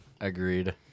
agreed